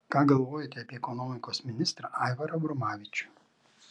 ką galvojate apie ekonomikos ministrą aivarą abromavičių